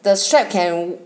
the strap can